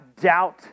doubt